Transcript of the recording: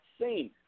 seen